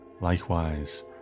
Likewise